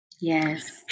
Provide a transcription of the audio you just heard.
Yes